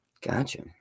gotcha